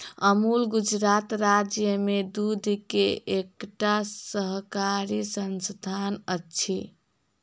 अमूल गुजरात राज्य में दूध के एकटा सहकारी संस्थान अछि